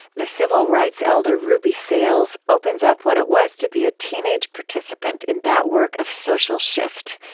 the civil rights elder ruby sales opens up what it was to be a teenage participant in that work of social shift,